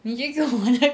你这个我来